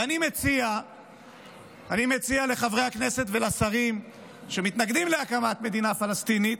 ואני מציע לחברי הכנסת ולשרים שמתנגדים להקמת מדינה פלסטינית,